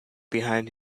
behind